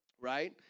right